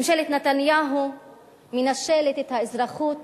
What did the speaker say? ממשלת נתניהו מנשלת את האזרחות